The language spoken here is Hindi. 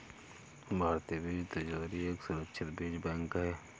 भारतीय बीज तिजोरी एक सुरक्षित बीज बैंक है